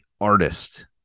artist